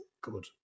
Good